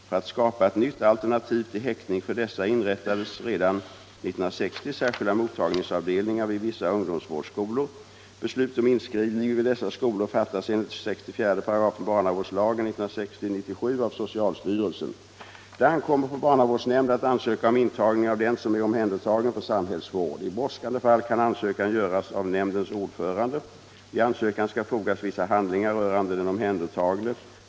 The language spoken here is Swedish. För att skapa ett nytt alternativ till häktning för dessa inrättades redan 1960 särskilda mottagningsavdelningar vid vissa ungdomsvårdsskolor. Beslut om inskrivning vid dessa skolor fattas enligt 64 § barnavårdslagen av socialstyrelsen. Det ankommer på barnavårdsnämnd att ansöka om intagning av den som är omhändertagen för samhällsvård. I brådskande fall kan ansökan göras av nämndens ordförande. Vid ansökan skall fogas vissa handlingar rörande den omhändertagne.